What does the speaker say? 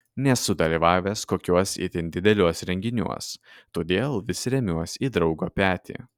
nesu dalyvavęs kokiuos itin dideliuos renginiuos todėl vis remiuos į draugo petį